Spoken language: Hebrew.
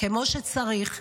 כמו שצריך.